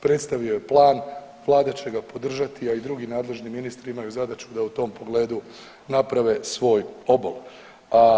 Predstavio je plan, Vlada će ga podržati a i drugi nadležni ministri imaju zadaću da u tom pogledu naprave svoj obol.